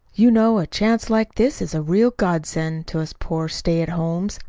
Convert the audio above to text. you know a chance like this is a real god-send to us poor stay-at-homes.